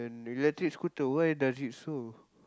electric scooter why does it so